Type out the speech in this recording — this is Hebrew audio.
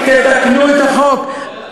גברתי, תתקנו את החוק.